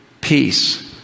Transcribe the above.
peace